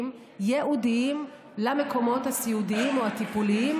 ייעודיים למקומות הסיעודיים או הטיפוליים,